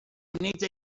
minute